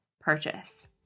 purchase